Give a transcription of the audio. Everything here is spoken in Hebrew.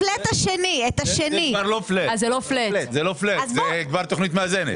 אז זה לא פלט, זה כבר תוכנית מאזנת.